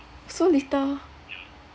so little